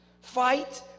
Fight